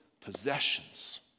possessions